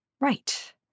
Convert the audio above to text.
Right